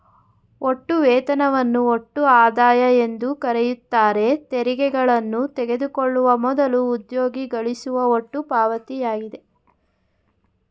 ಒಟ್ಟು ವೇತನವನ್ನು ಒಟ್ಟು ಆದಾಯ ಎಂದುಕರೆಯುತ್ತಾರೆ ತೆರಿಗೆಗಳನ್ನು ತೆಗೆದುಕೊಳ್ಳುವ ಮೊದಲು ಉದ್ಯೋಗಿ ಗಳಿಸುವ ಒಟ್ಟು ಪಾವತಿಯಾಗಿದೆ